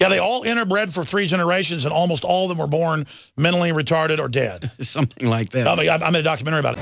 they all interbred for three generations and almost all of them are born mentally retarded or dead something like that i'm a documentary about